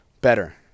better